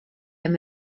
amb